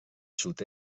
sud